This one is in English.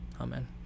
Amen